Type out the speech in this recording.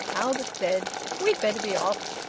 albert said we'll better be off.